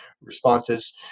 responses